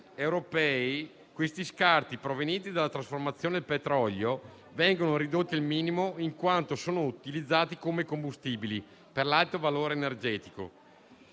europei gli scarti provenienti dalla trasformazione del petrolio vengono ridotti al minimo, in quanto sono utilizzati come combustibili, per l'alto valore energetico.